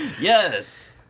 Yes